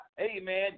amen